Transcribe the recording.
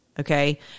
Okay